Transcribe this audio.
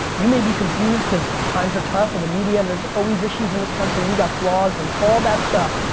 you may be confused cause times are tough and the media and there's always issues in this country and we got flaws and all that stuff.